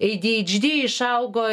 adhd išaugo